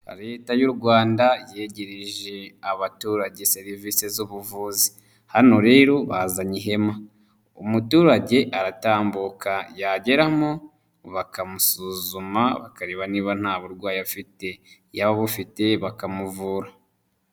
Leta y'u Rwanda yegereje abaturage serivisi z'ubuvuzi, hano rero bazanye ihema umuturage aratambuka yageramo bakamusuzuma bakareba niba nta burwayi afite yaba abufite bakamuvura.